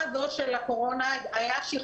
המלא.